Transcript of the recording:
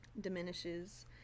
diminishes